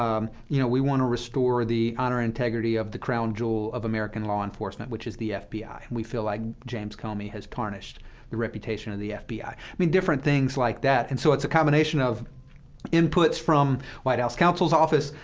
um you know, we want to restore the honor and integrity of the crown jewel of american law enforcement, which is the fbi, and we feel like james comey has tarnished the reputation of the fbi. i mean, different things like that. and so it's a combination of inputs from white house counsel's office,